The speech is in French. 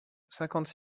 cinquante